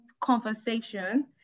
conversation